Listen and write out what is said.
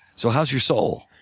so how's your soul?